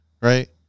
Right